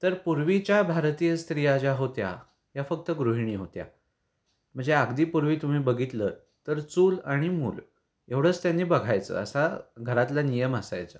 तर पूर्वीच्या भारतीय स्त्रिया ज्या होत्या या फक्त गृहिणी होत्या म्हणजे अगदी पूर्वी तुम्ही बघितलं तर चूल आणि मूल एवढंच त्यांनी बघायचं असा घरातला नियम असायचा